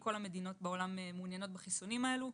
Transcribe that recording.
כל מדינות העולם מעוניינות בחיסונים האלו,